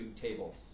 tables